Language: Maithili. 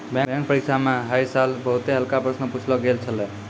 बैंक परीक्षा म है साल बहुते हल्का प्रश्न पुछलो गेल छलै